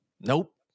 nope